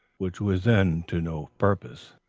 which was then to no purpose.